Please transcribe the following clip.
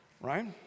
Right